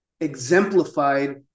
exemplified